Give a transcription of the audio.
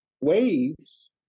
waves